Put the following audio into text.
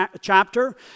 chapter